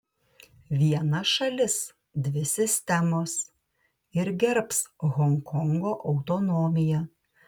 viena šalis dvi sistemos ir gerbs honkongo autonomiją